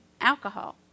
alcohol